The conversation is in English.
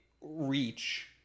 reach